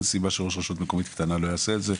אין סיבה שראש רשות מקומית קטנה לא יעשה את זה.